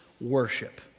worship